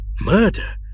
Murder